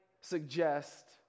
suggest